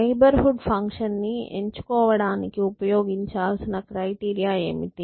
neighbour hood ఫంక్షన్ను ఎంచుకోవడానికి ఉపయోగించాల్సిన క్రైటీరియా ఏమిటి